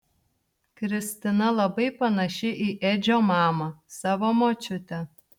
kristina labai panaši į edžio mamą savo močiutę